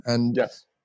Yes